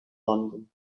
london